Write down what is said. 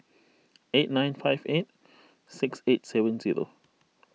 eight nine five eight six eight seven zero